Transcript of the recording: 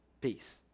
peace